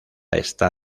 está